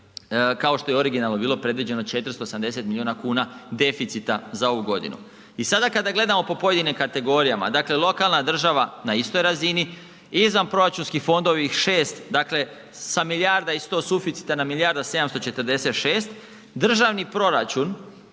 kao što je i originalno bilo predviđeno 480 miliona kuna deficita za ovu godinu. I sada kada gledamo po pojedinim kategorijama, dakle lokalna država na istoj razini, izvanproračunski fondovi 6 dakle sa milijarda i 100 suficita na milijarda 746, državni proračun